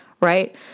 right